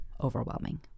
overwhelming